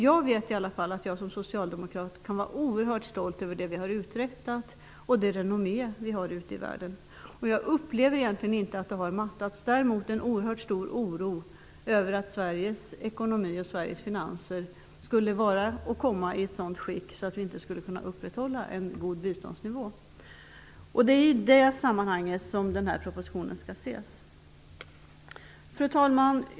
Jag vet i alla fall att jag som socialdemokrat kan vara oerhört stolt över det som vi har uträttat och det renommé som vi har ute i världen. Jag upplever egentligen inte att det har mattats. Däremot finns det en oerhört stor oro över att Sveriges ekonomi och Sveriges finanser skall komma i ett sådant skick att vi inte kan upprätthålla en god biståndsnivå. Det är i det sammanhanget som den här propositionen skall ses. Fru talman!